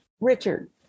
Richard